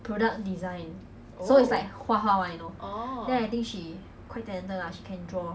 product design so it's like 画画 [one] you know then I think she quite talented ah she can draw